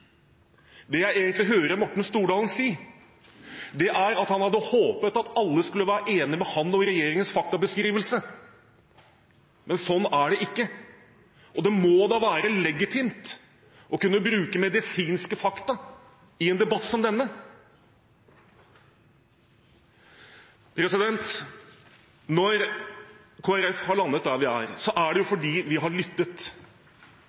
Det jeg egentlig hører Morten Stordalen si, er at han hadde håpet at alle skulle være enige med ham og i regjeringens faktabeskrivelse. Men sånn er det ikke. Det må da være legitimt å kunne bruke medisinske fakta i en debatt som denne. Når Kristelig Folkeparti har landet der vi er, er det